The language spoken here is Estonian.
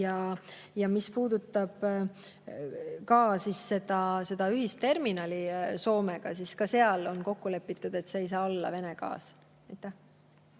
Mis puudutab ühisterminali Soomega, siis ka seal on kokku lepitud, et see ei saa olla Vene gaas.